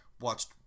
watched